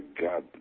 God